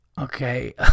Okay